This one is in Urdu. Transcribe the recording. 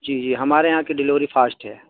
جی جی ہمارے یہاں کی ڈیلیوری فاسٹ ہے